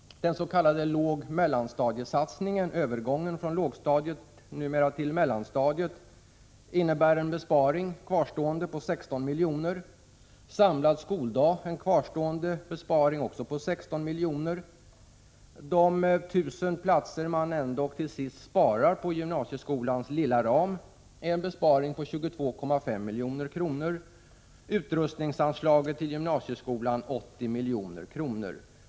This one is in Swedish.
Den s.k. låg-mellanstadiesatsningen — övergången från lågstadiet till mellanstadiet — innebär en resterande besparing på 16 milj.kr. När det gäller samlad skoldag kvarstår också en besparing på 16 milj.kr. De 1 000 platser man sparar på gymnasieskolans lilla ram motsvarar 22,5 milj.kr., och på utrustningsanslaget till gymnasieskolan sparas 80 milj.kr.